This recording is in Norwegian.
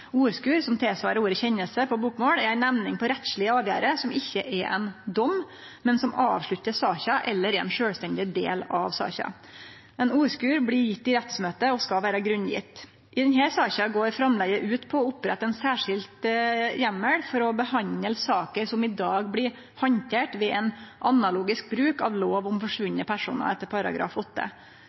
som svarer til ordet «kjennelse» på bokmål, er ei nemning på rettslege avgjerder som ikkje er ein dom, men som avsluttar saka eller er ein sjølvstendig del av saka. Ein orskurd blir gjeven i rettsmøte og skal vere grunngjeven. I denne saka går framlegget ut på å opprette ein særskild heimel for å behandle saker som i dag blir handterte ved ein analogisk bruk av lov om forsvunne personar etter